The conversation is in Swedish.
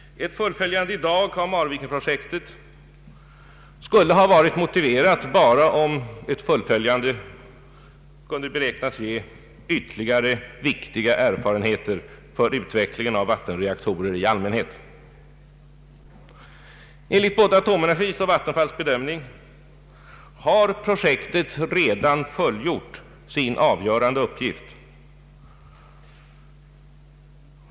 Ett fullföljande i dag av Marvikenprojektet skulle ha varit motiverat bara om ett fullföljande kunde beräknas ge ytterligare viktiga erfarenheter för utvecklingen av vattenreaktorer i allmänhet. Enligt både Atomenergis och Vattenfalls bedömning har projektet redan fullgjort sin avgörande uppgift.